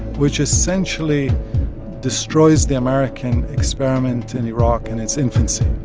which essentially destroys the american experiment in iraq in its infancy